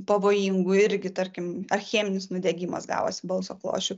pavojingų irgi tarkim ar cheminis nudegimas gavosi balso klosčių